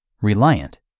reliant